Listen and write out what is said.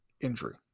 injury